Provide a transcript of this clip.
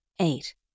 Eight